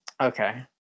Okay